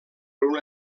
una